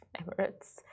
Emirates